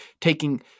taking